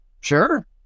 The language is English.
sure